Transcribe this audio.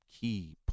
key